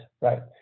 right